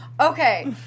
Okay